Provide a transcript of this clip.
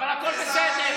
אבל הכול בסדר.